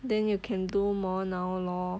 then you can do more now lor